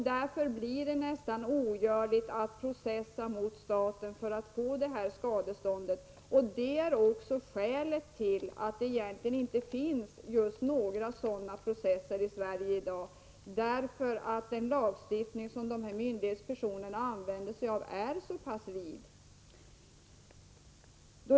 Därför blir det nästan ogörligt att processa mot staten och få skadestånd. Skälet till att det inte förekommer några sådana processer i Sverige i dag är att lagstiftningen som dessa myndighetspersoner använder sig av är så vid.